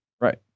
Right